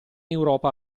europa